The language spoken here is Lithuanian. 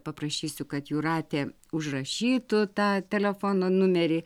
paprašysiu kad jūratė užrašytų tą telefono numerį